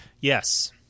Yes